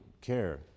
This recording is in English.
care